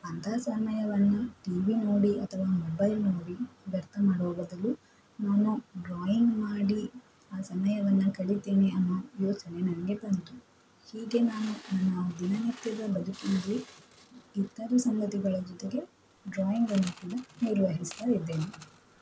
ಅಂತಹ ಸಮಯವನ್ನು T V ನೋಡಿ ಅಥವಾ ಮೊಬೈಲ್ ನೋಡಿ ವ್ಯರ್ಥ ಮಾಡುವ ಬದಲು ನಾನು ಡ್ರಾಯಿಂಗ್ ಮಾಡಿ ಆ ಸಮಯವನ್ನು ಕಳೀತೀನಿ ಅನ್ನೋ ಯೋಚನೆ ನನಗೆ ಬಂತು ಹೀಗೆ ನಾನು ನನ್ನ ದಿನನಿತ್ಯದ ಬದುಕಿನಲ್ಲಿ ಇತರ ಸಂಗತಿಗಳ ಜೊತೆಗೆ ಡ್ರಾಯಿಂಗನ್ನು ಕೂಡ ನಿರ್ವಹಿಸ್ತಾ ಇದ್ದೇನೆ